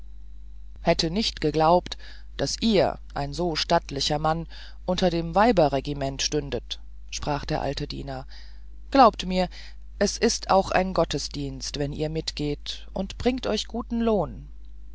hätte nicht geglaubt daß ihr ein so stattlicher mann unter dem weiberregimente stündet sprach der alte diener glaubt mir es ist auch ein gottesdienst wenn ihr mitgeht und bringt euch guten lohn